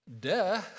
Duh